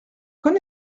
qu’en